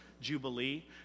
jubilee